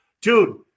Dude